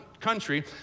country